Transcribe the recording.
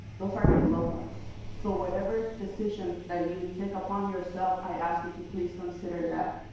those are your loved ones. so whatever decision that you take upon yourself i ask you to please consider that.